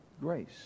grace